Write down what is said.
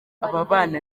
ababana